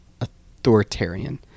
authoritarian